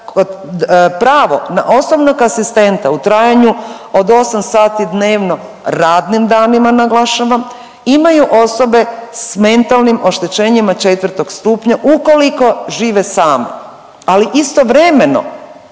pravo na osobnog asistenta u trajanju od 8 sati dnevno radnim danima naglašavam imaju osobe sa mentalnim oštećenjima četvrtog stupnja ukoliko žive sami. Ali istovremeno